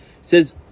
says